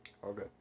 Okay